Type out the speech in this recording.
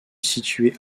située